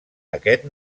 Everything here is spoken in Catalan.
aquest